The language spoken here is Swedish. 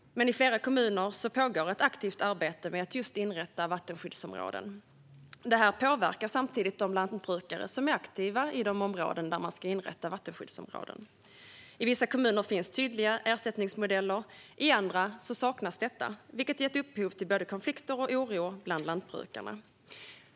I flera kommuner pågår också ett aktivt arbete med att inrätta vattenskyddsområden, vilket samtidigt påverkar de lantbrukare som är aktiva i dessa områden. I vissa kommuner finns tydliga ersättningsmodeller, och i andra saknas detta, vilket har gett upphov till både konflikter och oro bland lantbrukarna.